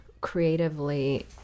creatively